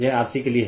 यह RC के लिए है